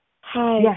Hi